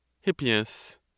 Hippias